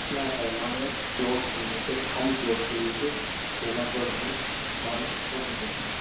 ના સર મારે પ્લોટ જોઈએ છે ખાલી પ્લોટ જોઈએ છે જેના પર હું મારુ સમજી શકું